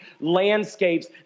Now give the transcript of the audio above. landscapes